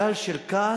גל של כעס,